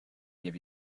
give